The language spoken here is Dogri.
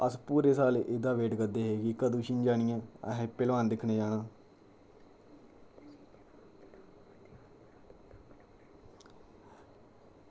अस पूरे साल एह्दा वेट करदे हे की कदूं छिंज आनी ऐ असैं पैह्लवान दिक्खने जाना ऐ